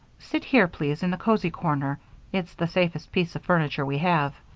sit here, please, in the cozy corner it's the safest piece of furniture we have.